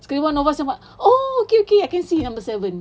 sekali one of us oh okay okay I can see number seven